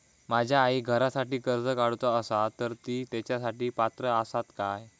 माझ्या आईक घरासाठी कर्ज काढूचा असा तर ती तेच्यासाठी पात्र असात काय?